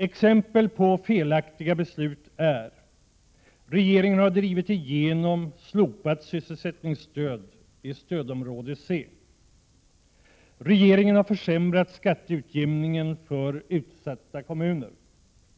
Exempel på felaktiga beslut är: — Regeringen har drivit igenom slopat sysselsättningsstöd i stödområde C. — Regeringen har försämrat skatteutjämningen för utsatta kommuner.